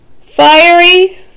fiery